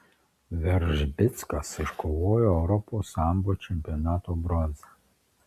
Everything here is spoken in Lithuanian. veržbickas iškovojo europos sambo čempionato bronzą